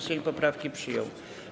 Sejm poprawkę przyjął.